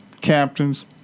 captains